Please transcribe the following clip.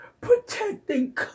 protecting